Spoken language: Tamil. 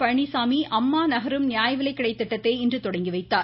பழனிசாமி அம்மா நகரும் நியாய விலைக்கடை திட்டத்தை இன்று தொடங்கி வைத்தார்